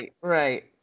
Right